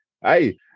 Hey